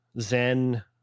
Zen